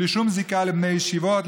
בלי שום זיקה לבני ישיבות,